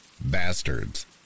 bastards